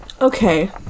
Okay